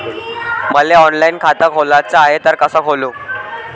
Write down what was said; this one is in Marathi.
मले ऑनलाईन खातं खोलाचं हाय तर कस खोलू?